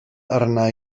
arna